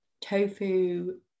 tofu